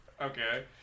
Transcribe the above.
okay